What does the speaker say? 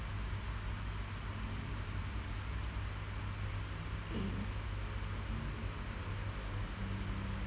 mm